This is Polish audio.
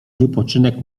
wypoczynek